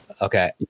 Okay